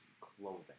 clothing